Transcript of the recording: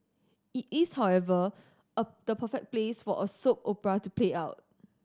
it is however a the perfect place for a soap opera to play out